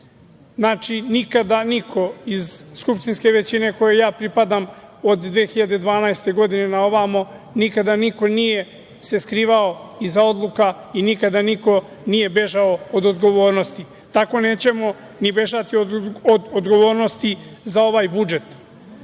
doma. Znači, nikada niko iz skupštinske većine. kojoj ja pripadam od 2012. godine na ovamo, nije se skrivao iza odluka i nikada niko nije bežao od odgovornosti. Tako nećemo ni bežati od odgovornosti za ovaj budžet